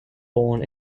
born